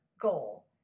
goal